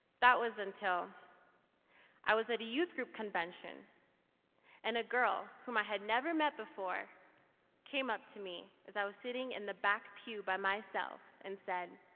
that was until i was at a youth group convention and a girl whom i had never met before came up to me as i was sitting in the back pew by myself and said